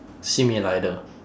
simi 来的